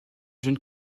jeune